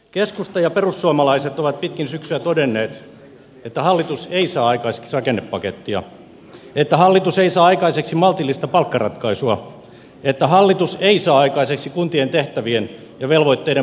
keskusta ja perussuomalaiset ovat pitkin syksyä todenneet että hallitus ei saa aikaiseksi rakennepakettia että hallitus ei saa aikaiseksi maltillista palkkaratkaisua että hallitus ei saa aikaiseksi kuntien tehtä vien ja velvoitteiden purkamista